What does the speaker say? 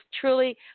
truly